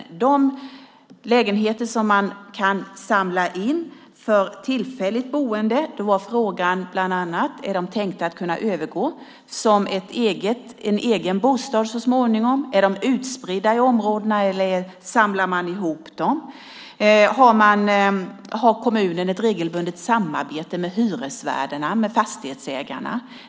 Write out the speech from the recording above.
När det gäller de lägenheter som man kan samla in för tillfälligt boende var frågan bland annat om de är tänkta att kunna övergå till en egen bostad så småningom och om de är utspridda i områdena eller samlar man ihop dem. Vidare frågade man om kommunen har ett regelbundet samarbete med hyresvärdarna och fastighetsägarna.